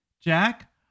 Jack